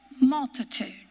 multitude